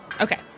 Okay